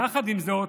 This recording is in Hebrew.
יחד עם זאת,